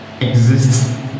exists